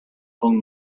con